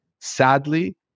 sadly